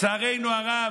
ולצערנו הרב,